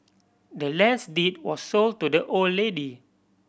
the land's deed was sold to the old lady